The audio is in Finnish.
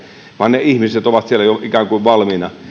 vaan ne ihmiset ovat siellä jo ikään kuin valmiina